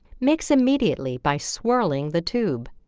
mix immediately by swirling the tube.